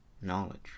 Knowledge